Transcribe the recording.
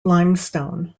limestone